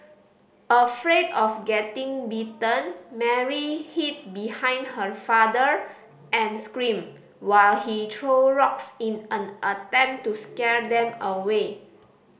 afraid of getting bitten Mary hid behind her father and screamed while he threw rocks in an attempt to scare them away